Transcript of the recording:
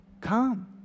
Come